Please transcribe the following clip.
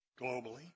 globally